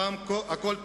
הפעם הכול פשוט: